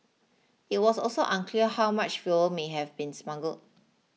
it was also unclear how much fuel may have been smuggled